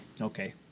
Okay